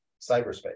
cyberspace